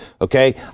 okay